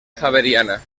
javeriana